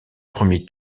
premier